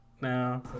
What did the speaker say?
No